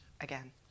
again